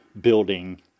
building